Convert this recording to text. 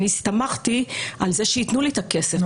אני הסתמכתי על זה שיתנו לי את הכסף,